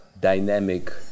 dynamic